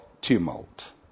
Tumult